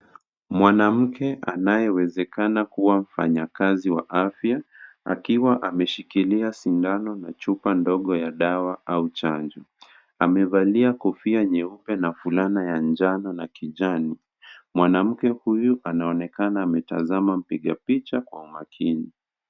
Mwanamke anayewezekana kuwa mfanyakazi wa afya, akiwa ameshikilia sindano na chupa ndogo ya dawa au chanjo. Amevalia kofia nyeupe na fulana ya njano na kijani. Mwanamke huyu anaonekana ametazama mpiga picha kwa umakini.